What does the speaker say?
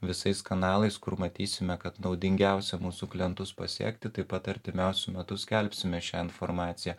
visais kanalais kur matysime kad naudingiausia mūsų klientus pasiekti taip pat artimiausiu metu skelbsime šią informaciją